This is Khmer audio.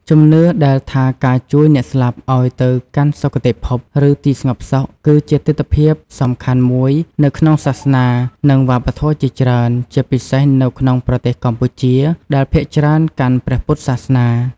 ជំនឿដែលថាការជួយអ្នកស្លាប់ឲ្យទៅកាន់សុគតិភព ឬទីស្ងប់សុខ គឺជាទិដ្ឋភាពសំខាន់មួយនៅក្នុងសាសនា និងវប្បធម៌ជាច្រើន ជាពិសេសនៅក្នុងប្រទេសកម្ពុជា ដែលភាគច្រើនកាន់ព្រះពុទ្ធសាសនា។